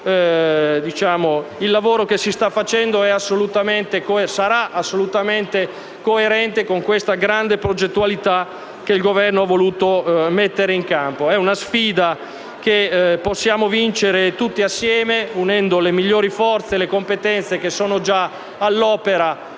il lavoro che si sta facendo sarà assolutamente coerente con questa grande progettualità che il Governo ha voluto mettere in campo. È una sfida che possiamo vincere tutti insieme unendo le migliori forze e le competenze già all'opera